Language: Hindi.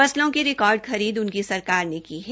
फसलों की रिकॉर्ड खरीद उनकी सरकार ने की है